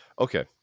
Okay